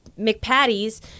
McPatties